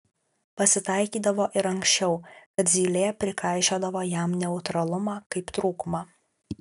pasitaikydavo ir anksčiau kad zylė prikaišiodavo jam neutralumą kaip trūkumą